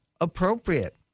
appropriate